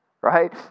right